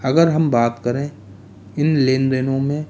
अगर हम बात करें इन लेन देनों में